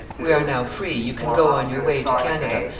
we are now free, you can go on your way to canada,